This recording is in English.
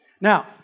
Now